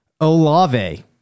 Olave